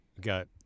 got